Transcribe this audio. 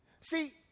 See